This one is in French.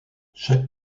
chaque